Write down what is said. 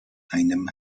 einem